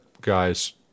guys